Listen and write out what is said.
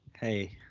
Hey